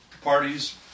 parties